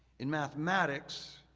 in mathematics,